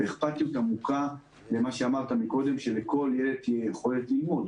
אכפתיות עמוקה שלכל ילד תהיה יכולת ללמוד